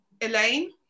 Elaine